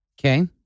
Okay